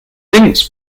links